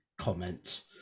comment